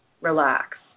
relax